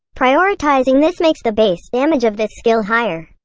prioritizing this makes the base damage of this skill higher.